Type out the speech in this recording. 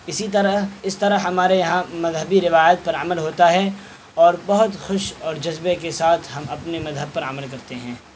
اسی طرح اس طرح ہمارے یہاں مذہبی روایات پر عمل ہوتا ہے اور بہت خوش اور جذبے کے ساتھ ہم اپنے مذہب پر عمل کرتے ہیں